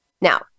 Now